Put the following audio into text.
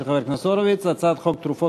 של חבר הכנסת הורוביץ: הצעת חוק תרופות